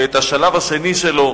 ואת השלב השני שלו